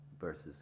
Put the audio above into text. versus